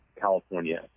California